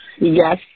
Yes